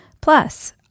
Plus